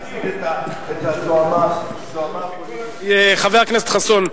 את הודעת הממשלה ימסור השר להגנת הסביבה והשר